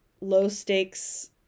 low-stakes